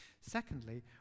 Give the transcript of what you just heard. Secondly